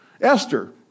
Esther